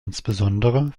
insbesondere